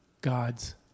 God's